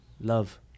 love